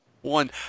One